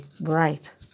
bright